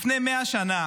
לפני 100 שנה